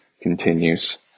continues